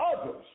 others